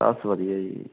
ਬਸ ਵਧੀਆ ਜੀ